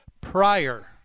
prior